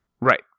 Right